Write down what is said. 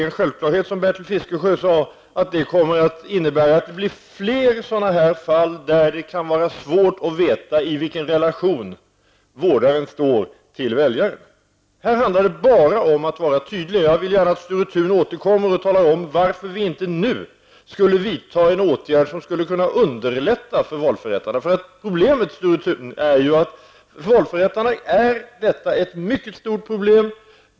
Det är, som Bertil Fiskesjö sade, en självklarhet att detta kommer att innebära att det blir fler fall då det kan bli svårt att veta i vilken relation vårdaren står till väljaren. Här handlar det bara om att vara tydlig. Jag vill att Sture Thun återkommer och talar om varför vi inte nu skulle kunna vidta en åtgärd som skulle underlätta för valförrättarna. Faktum är ju, Sture Thun, att det här är ett mycket stort problem för valförrättarna.